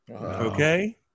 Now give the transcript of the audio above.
Okay